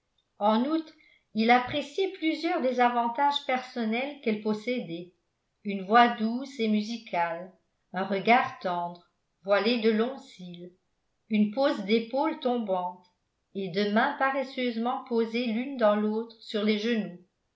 en outre il appréciait plusieurs des avantages personnels qu'elle possédait une voix douce et musicale un regard tendre voilé de longs cils une pose d'épaules tombantes et de mains paresseusement posées l'une dans l'autre sur les genoux